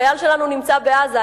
החייל שלנו נמצא בעזה.